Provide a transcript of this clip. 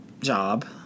job